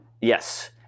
Yes